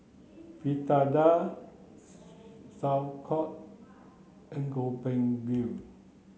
Fritada Sauerkraut and Gobchang Gui